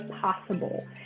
possible